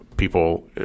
people